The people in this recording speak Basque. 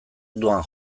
doan